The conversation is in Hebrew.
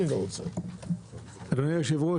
אדוני היושב-ראש,